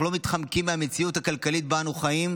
אנחנו לא מתחמקים מהמציאות הכלכלית שבה אנו חיים,